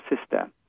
sister